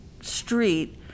street